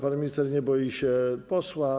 Pan minister nie boi się posła.